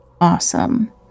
Awesome